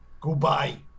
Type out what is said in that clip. Goodbye